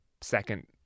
second